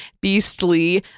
Beastly